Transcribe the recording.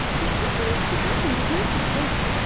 there's something else that happens. it's not despair.